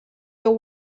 your